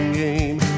game